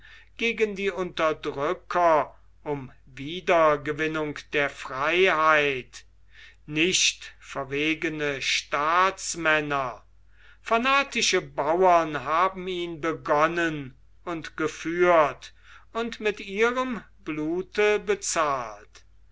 gegen die unterdrücker um wiedergewinnung der freiheit nicht verwegene staatsmänner fanatische bauern haben ihn begonnen und geführt und mit ihrem blute bezahlt